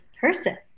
person